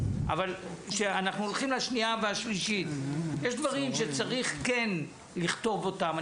אבל כשאנחנו הולכים לשנייה והשלישית יש דברים שצריך כן לכתוב אותם,